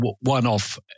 one-off